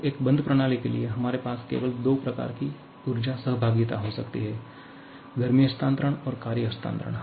तो एक बंद प्रणाली के लिए हमारे पास केवल दो प्रकार की ऊर्जा सहभागिता हो सकती है गर्मी हस्तांतरण और कार्य हस्तांतरण